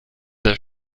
der